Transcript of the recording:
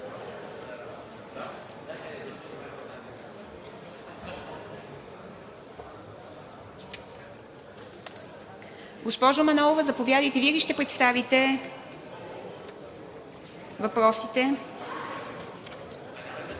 Госпожо Манолова, заповядайте. Вие ли ще представите въпросите?